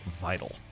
vital